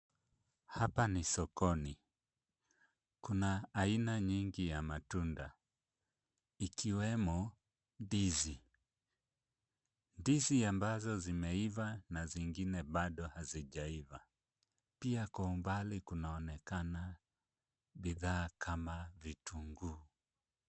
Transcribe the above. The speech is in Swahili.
Hapa ni sokoni. Kuna aina nyingi ya matunda, ikiwemo ndizi. Ndizi ambazo zimeiva na zingine bado hazijaiva. Pia kwa umbali kunaonekana, bidhaa kama vitunguu.